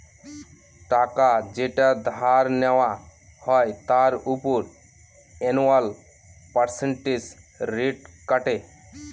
টাকা যেটা ধার নেওয়া হয় তার উপর অ্যানুয়াল পার্সেন্টেজ রেট কাটে